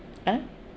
!huh!